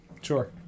Sure